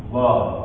love